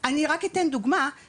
אני רק אתן דוגמא,